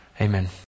Amen